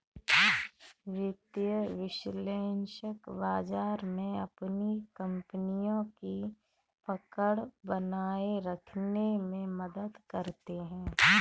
वित्तीय विश्लेषक बाजार में अपनी कपनियों की पकड़ बनाये रखने में मदद करते हैं